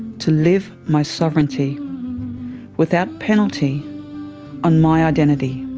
to live my sovereignty without penalty on my identity.